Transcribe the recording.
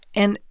and,